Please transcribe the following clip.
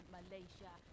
Malaysia